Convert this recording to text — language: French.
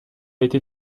été